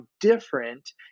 different